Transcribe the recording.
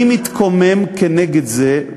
אני מתקומם נגד זה,